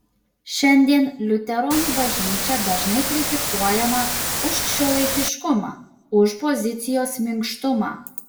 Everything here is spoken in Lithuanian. šiandien liuteronų bažnyčia dažnai kritikuojama už šiuolaikiškumą už pozicijos minkštumą